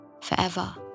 forever